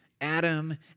Adam